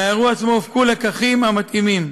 מהאירוע עצמו הופקו הלקחים המתאימים.